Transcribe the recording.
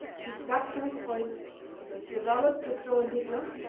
he stuck to his point it was developed to throw on hitler.